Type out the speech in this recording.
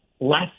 less